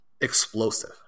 explosive